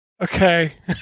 Okay